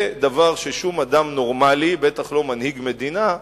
זה דבר ששום אדם נורמלי, בטח לא מנהיג מדינה,